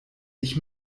dich